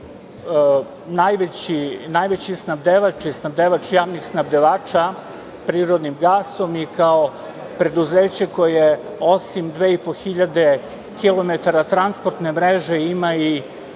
kao najveći snabdevač i snabdevač javnih snabdevača prirodnim gasom i kao preduzeće koje osim 2.500 kilometara transportne mreže ima i